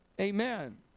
amen